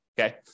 Okay